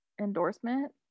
endorsement